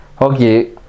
Okay